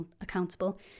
accountable